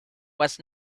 was